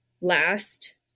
last